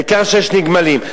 העיקר שיש נגמלים.